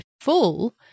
full